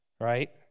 right